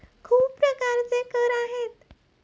खूप प्रकारचे कर आहेत